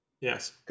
Yes